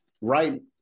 right